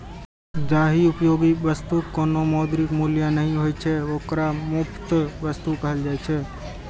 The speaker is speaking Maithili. जाहि उपयोगी वस्तुक कोनो मौद्रिक मूल्य नहि होइ छै, ओकरा मुफ्त वस्तु कहल जाइ छै